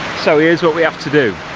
so here's what we have to do.